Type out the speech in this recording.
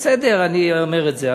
בסדר, אני אומר את זה.